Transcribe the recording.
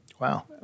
Wow